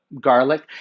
garlic